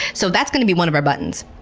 so that's going to be one of our buttons.